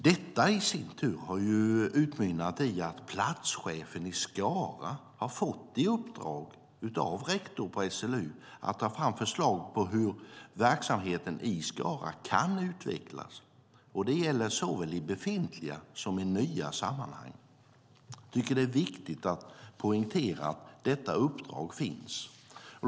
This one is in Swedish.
Detta i sin tur har utmynnat i att platschefen i Skara har fått i uppdrag av rektorn på SLU att ta fram förslag på hur verksamheten i Skara ska kunna utvecklas, det gäller såväl i befintliga som i nya sammanhang. Jag tycker att det är viktigt att poängtera att detta uppdrag finns.